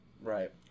right